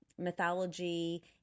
mythology